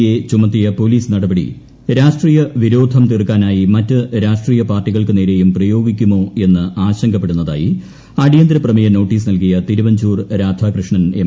A ചുമത്തിയ police നടപടി രാഷ്ട്രീയ വിരോധം തിർക്കാനായി മറ്റു രാഷ്ട്രീയ പാർട്ടികൾക്ക് നേരെയും പ്രയോഗിക്കുമോ എന്ന് ആശങ്കപ്പെടുന്നതായി അടിയന്തര പ്രമേയ നോട്ടീസ് നൽകിയ ് തിരുവഞ്ചൂർ രാധാകൃഷ്ണൻ എം